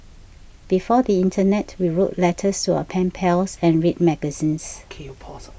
before the internet we wrote letters to our pen pals and read magazines